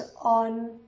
on